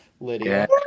Lydia